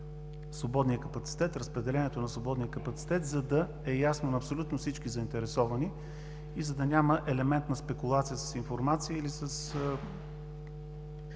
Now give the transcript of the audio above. на свободния капацитет, разпределението на свободния капацитет, за да е ясно на абсолютно всички заинтересовани и за да няма елемент на спекулация с информация.